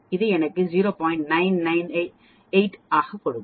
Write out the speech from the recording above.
998 ஆக கொடுக்கும்